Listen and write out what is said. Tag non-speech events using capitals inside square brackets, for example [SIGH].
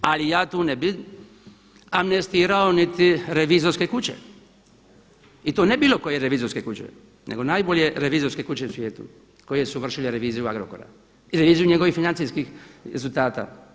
Ali ja tu ne bih amnestirao niti revizorske kuće i to ne bilo koje revizorske kuće nego najbolje revizorske kuće čije … [UNINTELLIGIBLE] koje su vršile reviziju Agrokora i reviziju njegovih financijskih rezultata.